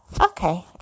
Okay